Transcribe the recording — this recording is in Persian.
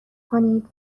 کنید